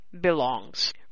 belongs